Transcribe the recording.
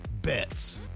bets